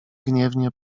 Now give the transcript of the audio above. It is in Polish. gniewnie